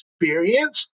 experience